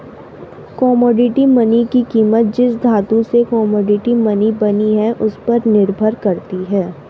commodity money की कीमत जिस धातु से कोमोडिटी मनी बनी है उस पर निर्भर करती है